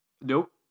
nope